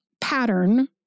pattern